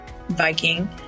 viking